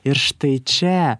ir štai čia